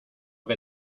que